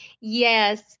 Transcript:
yes